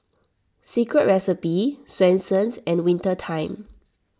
Secret Recipe Swensens and Winter Time